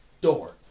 door